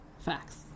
Facts